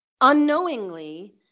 unknowingly